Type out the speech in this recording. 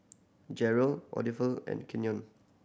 Jeryl and Kenyon